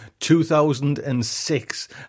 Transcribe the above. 2006